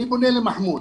אני פונה למחמוד.